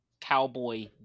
cowboy